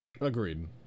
Agreed